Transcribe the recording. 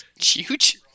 Huge